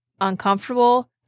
uncomfortable